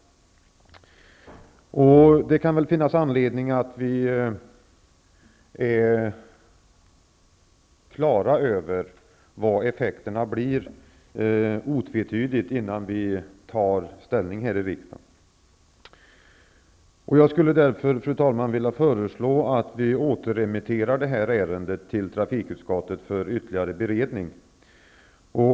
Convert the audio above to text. Det kan finnas anledning till att vi otvetydigt bör vara klara över vilka effekterna blir innan vi tar ställning här i riksdagen. Fru talman! Jag skulle därför vilja föreslå att vi återremiterar det här ärendet till trafikutskottet för ytterligare beredning.